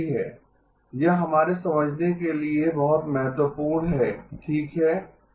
यह हमारे समझने के लिए बहुत महत्वपूर्ण है ठीक है